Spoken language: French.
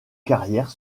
carrière